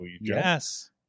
yes